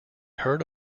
herd